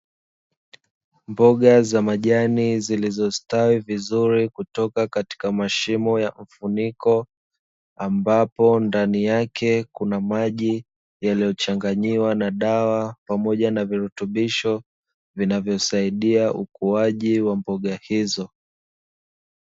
Mboga za majani zilizo stawi vizuri kutoka katika mashimo ya mfuniko, ambapo ndani yake kuna maji yaliyochanganyiwa na dawa pamoja na virutubisho vinavyo saidia ukuwaji wa mboga hizo.